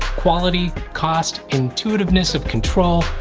quality, cost, intuitiveness of control,